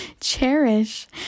Cherish